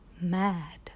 mad